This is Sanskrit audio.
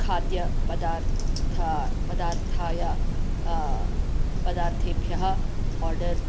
खाद्यपदार्थाः पदार्थाय पदार्थेभ्यः ओर्डर्